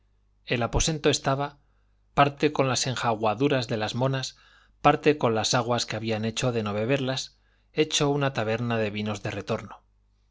el aposento estaba parte con las enjaguaduras de las monas parte con las aguas que habían hecho de no beberlas hecho una taberna de vinos de retorno